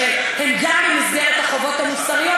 שגם הם במסגרת החובות המוסריות,